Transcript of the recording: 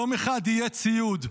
יום אחד יהיה ציוד?